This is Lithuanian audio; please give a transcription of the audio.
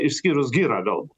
išskyrus girą gal